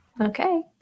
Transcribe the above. Okay